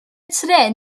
trên